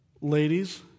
Ladies